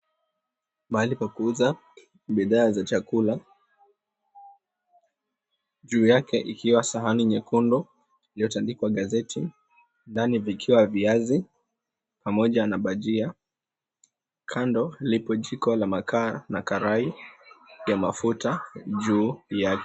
Mahali pa kuuza bidhaa za chakula. Juu yake ikiwa sahani nyekundu iliyotandikwa gazeti, ndani vikiwa viazi pamoja na bajia. Kando lipo jiko la makaa na karai ya mafuta juu yake.